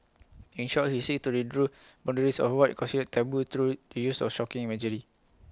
in short he seeks to redraw boundaries of what is considered taboo through the use of shocking imagery